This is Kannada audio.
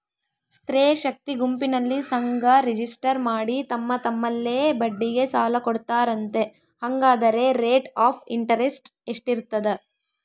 ಸ್ತ್ರೇ ಶಕ್ತಿ ಗುಂಪಿನಲ್ಲಿ ಸಂಘ ರಿಜಿಸ್ಟರ್ ಮಾಡಿ ತಮ್ಮ ತಮ್ಮಲ್ಲೇ ಬಡ್ಡಿಗೆ ಸಾಲ ಕೊಡ್ತಾರಂತೆ, ಹಂಗಾದರೆ ರೇಟ್ ಆಫ್ ಇಂಟರೆಸ್ಟ್ ಎಷ್ಟಿರ್ತದ?